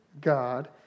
God